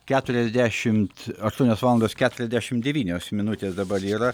keturiasdešimt aštuonios valandos keturiasdešim devynios minutės dabar yra